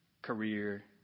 career